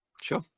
sure